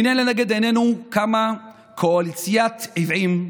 הינה, לנגד עינינו קמה קואליציית עוועים.